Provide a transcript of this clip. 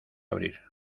abrir